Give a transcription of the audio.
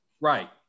Right